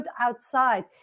outside